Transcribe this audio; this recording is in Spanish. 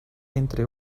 entre